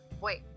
wait